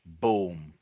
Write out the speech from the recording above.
Boom